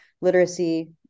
literacy